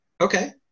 Okay